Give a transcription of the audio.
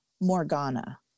Morgana